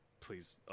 please